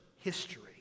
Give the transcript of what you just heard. history